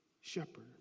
shepherd